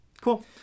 cool